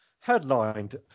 headlined